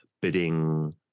bidding